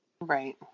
right